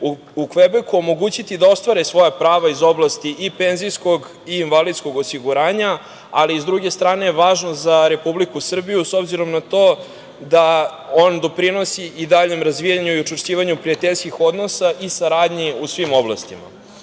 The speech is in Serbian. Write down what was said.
u Kvebeku omogućiti da ostvare svoja prava iz oblasti i penzijskog i invalidskog osiguranja, ali i s druge strane je važno za Republiku Srbiju, s obzirom na to da on doprinosi i daljem razvijanju i učvršćivanju prijateljskih odnosa i saradnje u svim oblastima. Kada